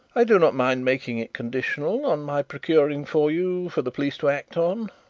i do not mind making it conditional on my procuring for you, for the police to act on,